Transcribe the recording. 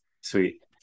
Sweet